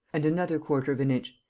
and another quarter of an inch.